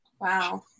Wow